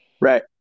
Right